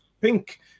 Pink